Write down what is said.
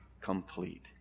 complete